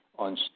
on